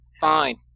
Fine